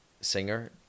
singer